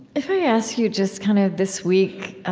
if i ask you, just, kind of this week,